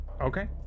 Okay